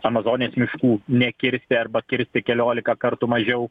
amazonės miškų nekirsti arba kirsti kelioliką kartų mažiau